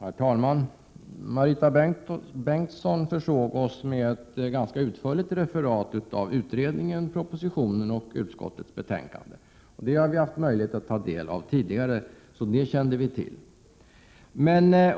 Herr talman! Marita Bengtsson försåg oss med ett ganska utförligt referat av utredningen, propositionen och utskottets betänkande. Dessa har vi haft möjlighet att ta del av tidigare, så de kände vi till.